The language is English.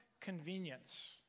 convenience